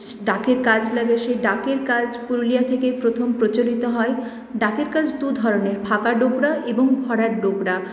ডাকের কাজ লাগে সেই ডাকের কাজ পুরুলিয়া থেকে প্রথম প্রচলিত হয় ডাকের কাজ দু ধরনের ফাঁকা ডোকরা এবং ভরাট ডোকরা